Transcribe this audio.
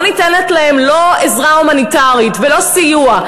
ניתנים להן לא עזרה הומניטרית ולא סיוע,